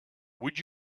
would